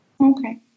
okay